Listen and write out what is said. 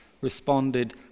responded